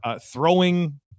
throwing